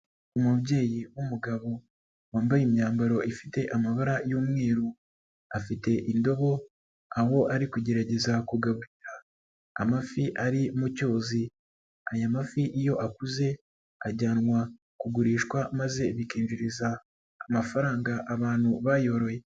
Umubyeyi w'umugabo wambaye imyambaro ifite amabara y'umweru, afite indobo aho ari kugerageza kugaburira amafi ari mu cyuzi, aya mafi iyo akuze ajyanwa kugurishwa maze bikinjiriza amafaranga abantu bayoroye.